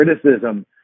criticism